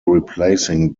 replacing